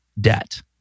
debt